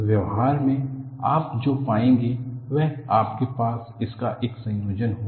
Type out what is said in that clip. व्यवहार में आप जो पाएंगे वह आपके पास इसका एक संयोजन होगा